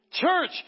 Church